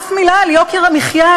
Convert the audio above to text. אף מילה על יוקר המחיה.